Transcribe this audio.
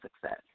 success